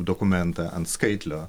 dokumentą ant skaitlio